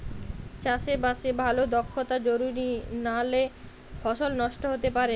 চাষে বাসে ভালো দক্ষতা জরুরি নালে ফসল নষ্ট হতে পারে